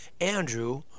Andrew